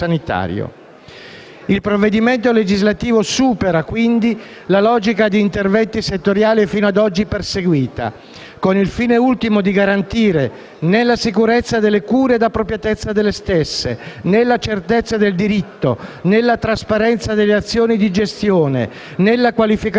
Il provvedimento legislativo supera quindi la logica degli interventi settoriali fino ad oggi perseguita, con il fine ultimo di garantire, nella sicurezza delle cure l'appropriatezza delle stesse, nella certezza del diritto, nella trasparenza delle azioni di gestione e nella qualificazione